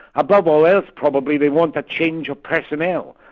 above all else probably, they want a change of personnel,